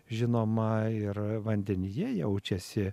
žinoma ir vandenyje jaučiasi